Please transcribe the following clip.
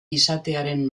izatearen